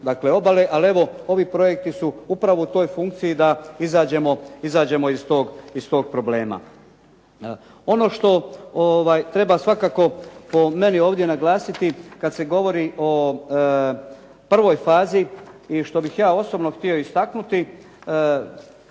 Ali evo ovi projekti su upravo u toj funkciji da izađemo iz tog problema. Ono što treba svakako po meni ovdje naglasiti kada se govori o prvoj fazi i što bih ja osobno htio istaknuti